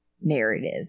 narrative